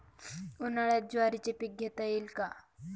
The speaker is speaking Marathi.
उन्हाळ्यात ज्वारीचे पीक घेता येईल का?